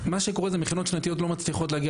מה שקורה שמכינות שנתיות לא מצליחות להגיע